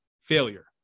failure